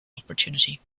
opportunity